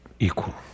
equal